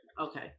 okay